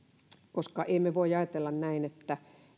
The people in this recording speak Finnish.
koska ei voi ajatella näin että